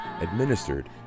administered